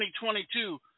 2022